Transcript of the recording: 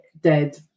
dead